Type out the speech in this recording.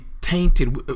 tainted